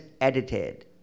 edited